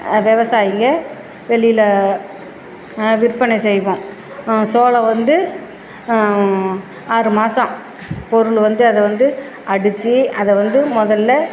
விவசாயிங்க வெளியில் விற்பனை செய்வோம் சோளம் வந்து ஆறுமாதம் பொருள் வந்து அதை வந்து அடித்து அதை வந்து முதல்ல